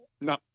No